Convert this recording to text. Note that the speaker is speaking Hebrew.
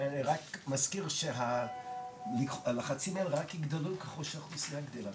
אני רק מזכיר שהלחצים האלה רק יגדלו ככל שהאוכלוסייה גדלה,